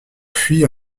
fui